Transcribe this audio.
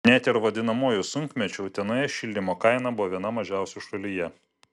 net ir vadinamuoju sunkmečiu utenoje šildymo kaina buvo viena mažiausių šalyje